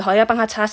这辈子还要帮他擦